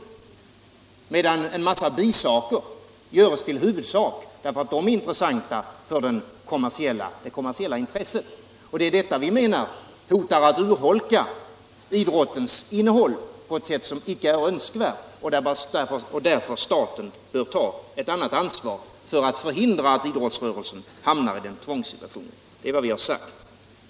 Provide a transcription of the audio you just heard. I stället görs en mängd bisaker till huvudsaker därför att de är av värde för de kommersiella intressena. Det hotar, menar vi, att urholka idrottens innehåll på ett icke önskvärt sätt. Staten bör alltså ta ansvar för att förhindra att idrotten hamnar i en tvångssituation. Det är vad vi har sagt.